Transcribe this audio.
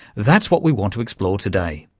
that's what we want to explore today.